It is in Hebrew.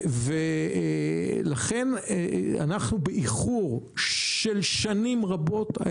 לכן אנחנו באיחור של שנים רבות.